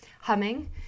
Humming